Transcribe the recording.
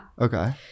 Okay